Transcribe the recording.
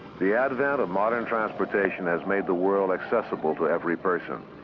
the advent of modern transportation has made the world accessible to every person.